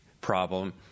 problem